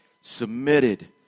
submitted